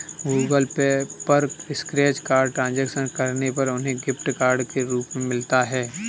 Google Pay पर scratch card transaction करने पर उन्हें गिफ्ट कार्ड के रूप में मिलता है